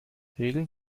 regeln